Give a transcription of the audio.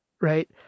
Right